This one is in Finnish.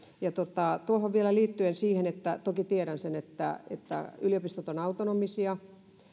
tuohon vielä liittyen että toki tiedän sen että että yliopistot